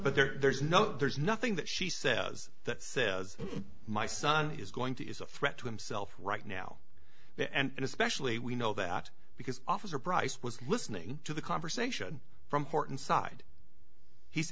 but there's no there's nothing that she says that says my son is going to threat to himself right now and especially we know that because officer bryce was listening to the conversation from horton side he's